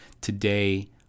Today